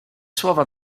słowa